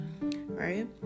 right